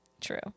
true